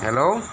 hello